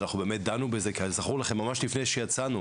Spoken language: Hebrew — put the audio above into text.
אנחנו באמת דנו בזה כזכור לכם ממש לפני שיצאנו,